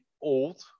old